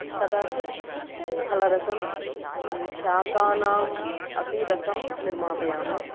कदाचित् फलरसं शाकानाम् अपि रसं निर्मापयामि